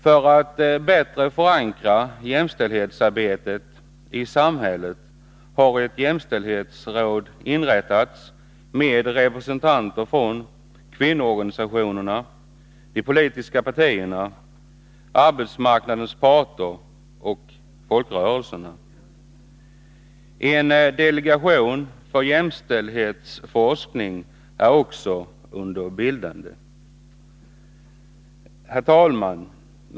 För att bättre förankra jämställdhetsarbetet i samhället har ett jämställdhetsråd inrättas med representanter från kvinnoorganisationerna, de politiska partierna, arbetsmarknadens parter och folkrörelserna. En delegation för jämställdhetsforskning är också under bildande. Herr talman!